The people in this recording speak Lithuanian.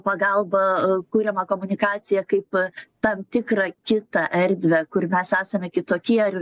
pagalba kuriamą komunikaciją kaip tam tikrą kitą erdvę kur mes esame kitokie ir